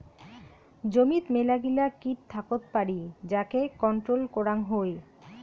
জমিত মেলাগিলা কিট থাকত পারি যাকে কন্ট্রোল করাং হই